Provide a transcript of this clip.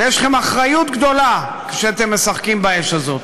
יש לכם אחריות גדולה, כשאתם משחקים באש הזאת.